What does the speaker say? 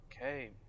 Okay